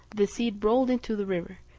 the seed rolled into the river,